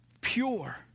pure